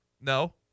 No